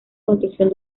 construcción